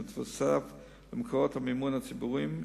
שמתווסף למקורות המימון הציבוריים,